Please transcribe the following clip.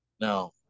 Now